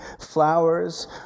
flowers